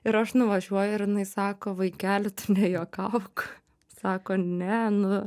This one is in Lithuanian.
ir aš nuvažiuoju ir jinai sako vaikeli tu nejuokauk sako ne nu